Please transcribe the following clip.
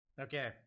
Okay